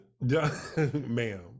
ma'am